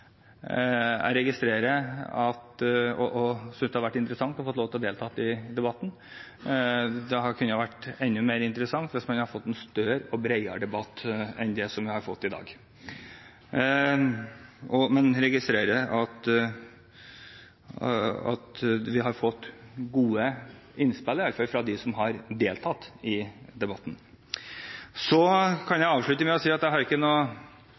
Jeg synes det har vært interessant å ha fått lov å delta i debatten. Det kunne vært enda mer interessant hvis man hadde fått en større og bredere debatt enn det som vi har fått i dag. Men jeg registrerer at vi i hvert fall har fått gode innspill fra dem som har deltatt i debatten. Så kan jeg avslutte med å si at jeg har ikke noe